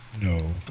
No